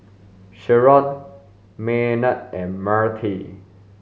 Sheron Maynard and Myrtie